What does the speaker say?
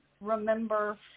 remember